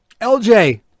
LJ